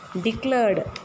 declared